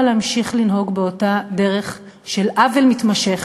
להמשיך לנהוג באותה דרך של עוול מתמשך.